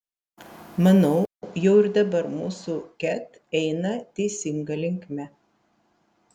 manau jau ir dabar mūsų ket eina teisinga linkme